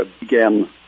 began